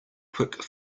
quick